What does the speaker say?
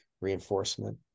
reinforcement